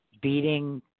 beating